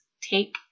take